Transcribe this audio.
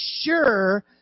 sure